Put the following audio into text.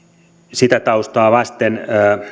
sitä taustaa vasten